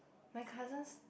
my cousins